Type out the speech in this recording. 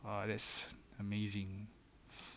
uh that's amazing